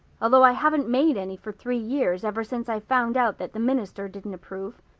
although i haven't made any for three years ever since i found out that the minister didn't approve.